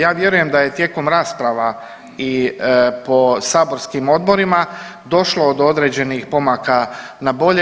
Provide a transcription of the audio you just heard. Ja vjerujem da je tijekom rasprava i po saborskim odborima došlo do određenih pomaka na bolje.